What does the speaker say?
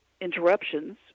interruptions